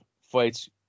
fights